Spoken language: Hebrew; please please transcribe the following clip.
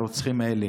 הרוצחים האלה,